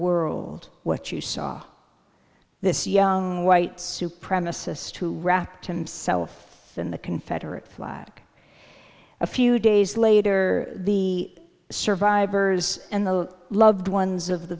world what you saw this young white supremacist who wrapped himself in the confederate flag a few days later the survivors and the loved ones of the